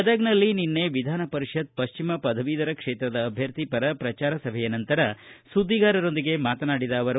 ಗದಗನಲ್ಲಿ ನಿನ್ನೆ ವಿಧಾನ ಪರಿಷತ್ ಪಶ್ಚಿಮ ಪದವೀಧರ ಕ್ಷೇತ್ರದ ಅಭ್ಯರ್ಥಿ ಪರ ಪ್ರಚಾರ ಸಭೆಯ ನಂತರ ಸುದ್ನಿಗಾರರೊಂದಿಗೆ ಮಾತನಾಡಿದ ಅವರು